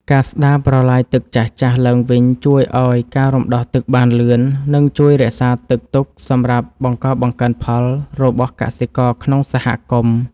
ការស្តារប្រឡាយទឹកចាស់ៗឡើងវិញជួយឱ្យការរំដោះទឹកបានលឿន និង ជួយរក្សាទឹកទុកសម្រាប់បង្កបង្កើនផលរបស់កសិករក្នុងសហគមន៍។